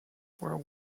were